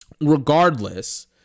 regardless